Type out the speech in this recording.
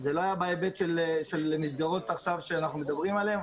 זה לא היה בהיבט של המסגרות שאנחנו מדברים עליהן עכשיו.